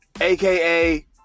aka